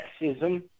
sexism